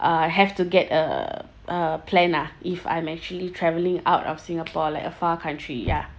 uh have to get a a plan lah if I'm actually traveling out of singapore like a far country ya